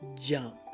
jump